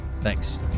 Thanks